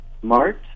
smart